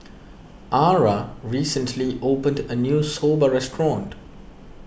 Arah recently opened a new Soba restaurant